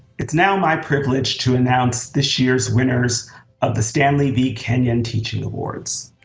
it's now my privilege to announce this year's winners of the stanley v. kinyon teaching awards.